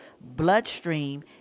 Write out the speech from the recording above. bloodstream